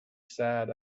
sad